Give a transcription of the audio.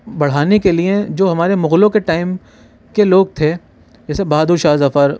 بڑھانے کے لیے جو ہمارے مغلوں کے ٹائم کے لوگ تھے جیسے بہادر شاہ ظفر